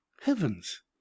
heavens